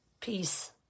Peace